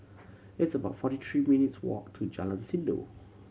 it's about forty three minutes' walk to Jalan Sindor